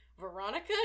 Veronica